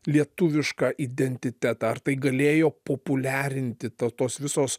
lietuvišką identitetą ar tai galėjo populiarinti tą tos visos